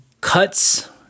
cuts